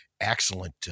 excellent